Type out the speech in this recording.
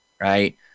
right